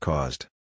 Caused